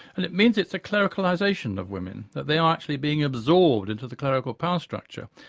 and it means it's a clericalisation of women, that they are actually being absorbed into the clerical power structure.